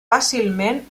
fàcilment